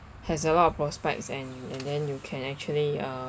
has a lot of prospects and and then you can actually uh